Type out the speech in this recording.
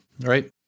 right